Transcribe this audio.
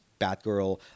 Batgirl